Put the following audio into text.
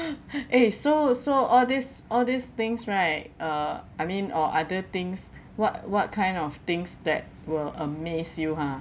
eh so so all these all these things right uh I mean or other things what what kind of things that will amaze you ha